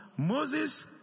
Moses